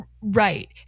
Right